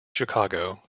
chicago